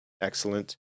excellent